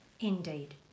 Indeed